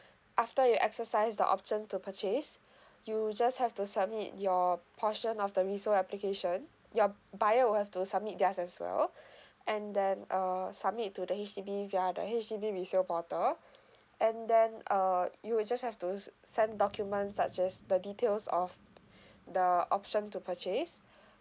after you exercise the option to purchase you just have to submit your portion of the resale application your buyer will have to submit theirs as well and then uh submit to the H_D_B via the H_D_B resale portal and then uh you would just have to send documents such as the details of the option to purchase